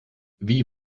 wie